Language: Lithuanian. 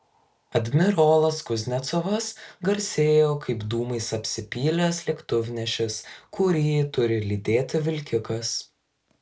admirolas kuznecovas garsėjo kaip dūmais apsipylęs lėktuvnešis kurį turi lydėti vilkikas